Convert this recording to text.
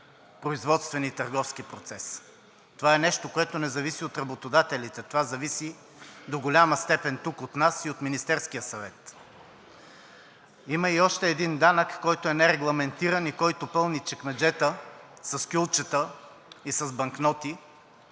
Това е нещо, което не зависи от работодателите, това зависи до голяма степен тук от нас и от Министерския съвет. Има и още един данък, който е нерегламентиран и който пълни чекмеджета с кюлчета и с банкноти.